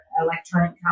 electronic